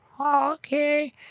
Okay